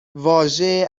واژه